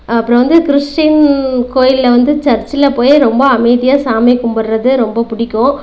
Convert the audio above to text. அப்புறம் வந்து கிறிஸ்டின் கோயிலில் வந்து சர்ச்சில் போய் ரொம்ப அமைதியாக சாமி கும்பிட்றது ரொம்ப பிடிக்கும்